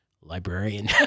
librarian